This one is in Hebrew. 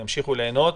שימשיכו ליהנות